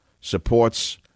Supports